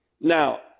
Now